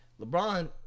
LeBron